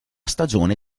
stagione